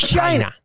China